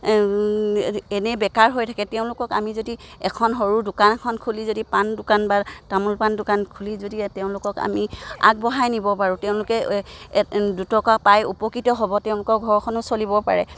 এনেই বেকাৰ হৈ থাকে তেওঁলোকক আমি যদি এখন সৰু দোকানখন খুলি যদি পাণ দোকান বা তামোল পাণ দোকান খুলি যদি তেওঁলোকক আমি আগবঢ়াই নিব পাৰোঁ তেওঁলোকে দুটকা পাই উপকৃত হ'ব তেওঁলোকৰ ঘৰখনো চলিব পাৰে